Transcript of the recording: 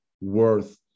worth